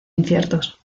inciertos